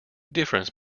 difference